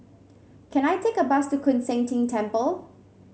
can I take a bus to Koon Seng Ting Temple